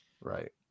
Right